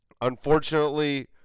unfortunately